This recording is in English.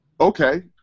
Okay